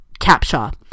Capshaw